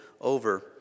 over